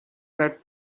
that